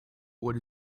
what